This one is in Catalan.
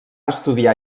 estudiar